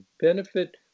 benefit